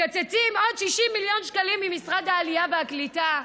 מקצצים עוד 60 מיליון שקלים ממשרד העלייה והקליטה.